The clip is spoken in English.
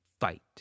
Fight